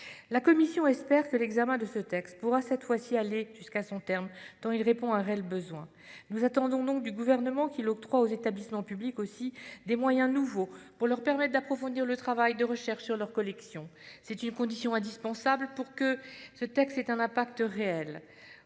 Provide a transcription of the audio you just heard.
La commission espère que l'examen de ce texte pourra, cette fois-ci, aller jusqu'à son terme tant il répond à un réel besoin. Nous attendons du Gouvernement qu'il octroie aux établissements publics des moyens nouveaux pour leur permettre d'approfondir le travail de recherche sur leurs collections. C'est une condition indispensable pour que les dispositions de